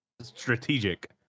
strategic